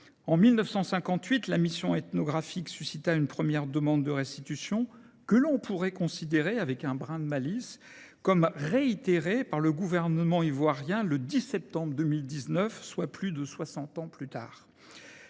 En 1958, la mission ethnographique suscita une première demande de restitution que l'on pourrait considérer, avec un brin de malice, comme réitéré par le gouvernement ivoirien le 10 septembre 2019, soit plus de 60 ans plus tard.